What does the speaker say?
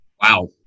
Wow